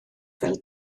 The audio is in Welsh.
fel